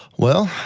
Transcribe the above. well,